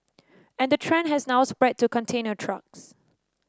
and the trend has now spread to container trucks